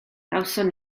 gawson